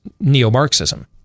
neo-Marxism